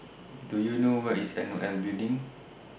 Do YOU know Where IS N O L Building